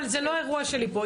אבל זה לא האירוע שלי פה.